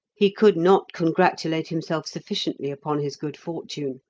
he could not congratulate himself sufficiently upon his good fortune.